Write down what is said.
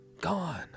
gone